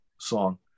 song